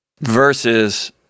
versus